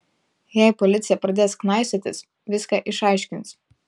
jei policija pradės knaisiotis viską išaiškins